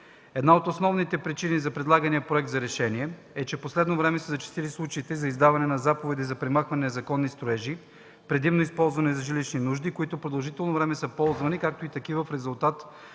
Една от основните причини за предлагания проект за решение е, че в последно време са зачестили случаите на издаване на заповеди за премахване на незаконни строежи – предимно използвани за жилищни нужди, които продължително време са ползвани като такива в резултат